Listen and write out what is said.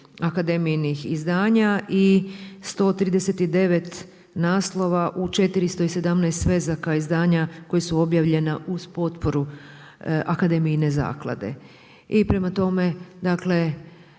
akademijinih izdanja i 139 naslova u 417 svezaka izdanja koji su objavljena uz potporu akademijine zaklade. I prema tome dakle